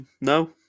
No